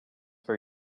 for